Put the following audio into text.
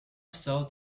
sought